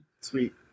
Sweet